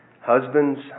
Husbands